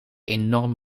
enorm